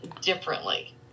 differently